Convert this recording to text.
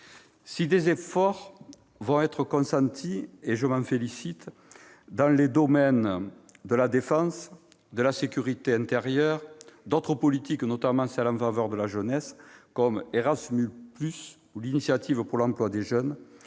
Si des efforts vont être consentis, ce dont je me félicite, dans les domaines de la défense et de la sécurité intérieure, d'autres politiques, notamment en faveur de la jeunesse, comme Erasmus + ou l'initiative pour l'emploi des jeunes,